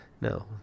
No